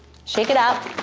shake it up,